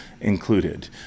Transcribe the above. included